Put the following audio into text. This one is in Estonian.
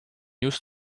just